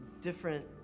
different